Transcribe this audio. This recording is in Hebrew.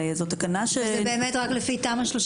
זה באמת רק לפי תמ"א 38?